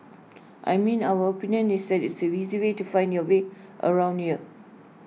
I mean our opinion is that it's so easy way to find your way around here